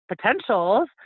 potentials